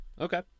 Okay